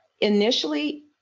initially